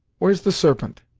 where's the serpent?